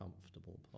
comfortable